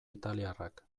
italiarrak